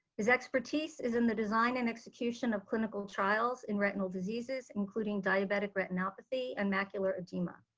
his expertise is in the design and execution of clinical trial in retinal diseases including diabetic retinopathy and macular edema.